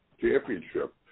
championship